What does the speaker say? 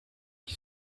qui